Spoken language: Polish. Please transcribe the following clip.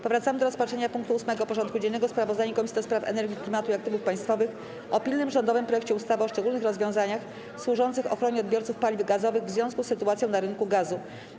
Powracamy do rozpatrzenia punktu 8. porządku dziennego: Sprawozdanie Komisji do Spraw Energii, Klimatu i Aktywów Państwowych o pilnym rządowym projekcie ustawy o szczególnych rozwiązaniach służących ochronie odbiorców paliw gazowych w związku z sytuacją na rynku gazu.